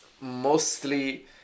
mostly